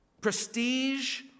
prestige